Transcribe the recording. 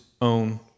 own